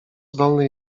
zdolny